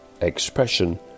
expression